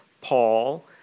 Paul